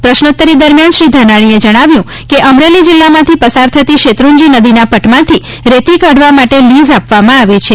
પ્રશ્નોતરી દરમિયાન શ્રી ધાનાણીએ જણાવ્યું કે અમરેલી જિલ્લામાંથી પસાર થતી શેત્રુંજી નદીના પટમાંથી રેતી કાઢવા માટે લીઝ આપવામાં આવી છે